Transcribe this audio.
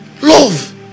Love